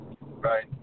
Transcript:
Right